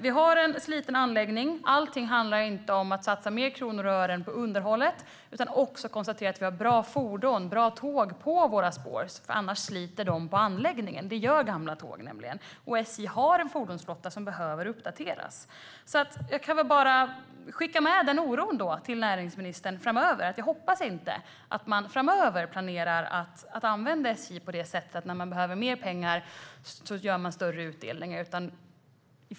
Vi har en sliten anläggning. Allting handlar inte om att satsa fler kronor och ören på underhållet, utan det handlar också om att kunna se till att vi har bra fordon, bra tåg, på våra spår, för annars sliter de på anläggningen. Det gör gamla tåg nämligen, och SJ har en fordonsflotta som behöver uppdateras. Jag kan bara skicka med till näringsministern att jag känner den oron. Jag hoppas att man inte framöver planerar att använda SJ på det sättet att man gör större utdelningar när man behöver mer pengar.